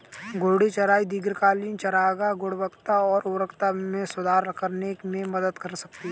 घूर्णी चराई दीर्घकालिक चारागाह गुणवत्ता और उर्वरता में सुधार करने में मदद कर सकती है